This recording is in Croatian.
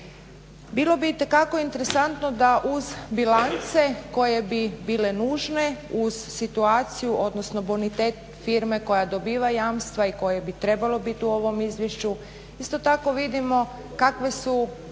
Bilo bi itekako interesantno da uz bilance koje bi bile nužne, uz situaciju odnosno bonitet firme koja dobiva jamstva i koje bi trebalo biti u ovom izvješću isto tako vidimo kakav je